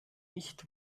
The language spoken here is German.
nicht